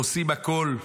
עושים הכול,